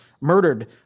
murdered